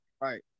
Right